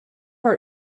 our